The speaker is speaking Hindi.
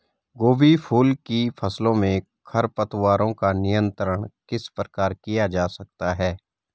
गोभी फूल की फसलों में खरपतवारों का नियंत्रण किस प्रकार किया जा सकता है?